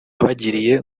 yabagiriye